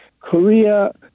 Korea